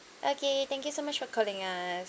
okay thank you so much for calling us